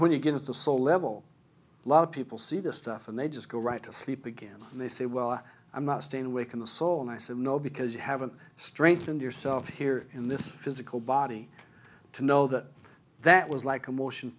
when you get to the soul level lot of people see this stuff and they just go right to sleep again and they say well i'm not staying awake in the soul and i said no because you have a strength in yourself here in this physical body to know that that was like a motion